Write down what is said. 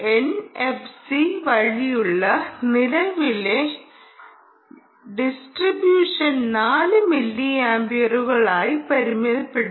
NFC വഴിയുള്ള നിലവിലെ distribution 4 മില്ലിയാംപിയറുകളായി പരിമിതപ്പെടുത്തി